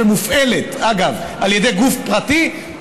ומופעלת אגב על ידי גוף פרטי,